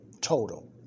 total